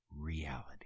reality